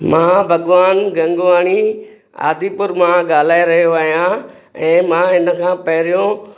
मां भगवान गंगवाणी आदिपुर मां ॻाल्हाए रहियो आहियां ऐं मां हिनखां पहिरियों